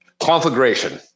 conflagration